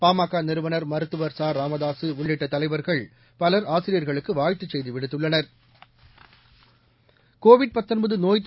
பாமக நிறுவனர் மருத்துவர் ச ராமதாக உள்ளிட்ட தலைவர்கள் பலர் ஆசிரியர்களுக்கு வாழ்த்துச் செய்தி விடுத்துள்ளனா்